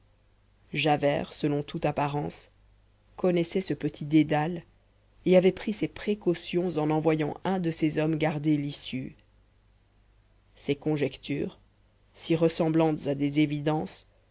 javert selon toute apparence connaissait ce petit dédale et avait pris ses précautions en envoyant un de ses hommes garder l'issue ces conjectures si ressemblantes à des évidences